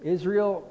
Israel